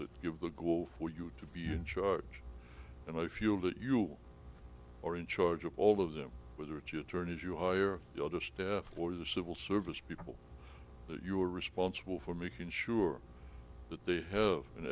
that give the go for you to be in charge and i feel that you are in charge of all of them whether it's your turn as you hire a lot of staff or the civil service people that you are responsible for making sure that they have an